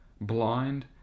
blind